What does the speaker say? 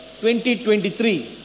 2023